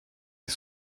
est